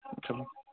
چلو